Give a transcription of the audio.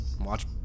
watch